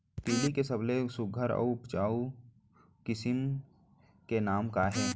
तिलि के सबले सुघ्घर अऊ उपजाऊ किसिम के नाम का हे?